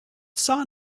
saw